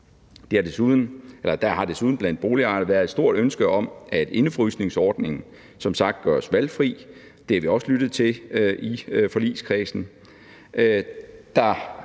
Der har desuden blandt boligejerne været et stort ønske om, at indefrysningsordningen som sagt gøres valgfri. Det har vi også lyttet til i forligskredsen.